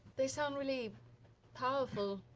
they sound really powerful,